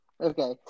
Okay